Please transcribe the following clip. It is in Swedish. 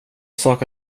sak